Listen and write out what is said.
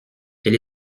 elle